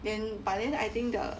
then but then I think the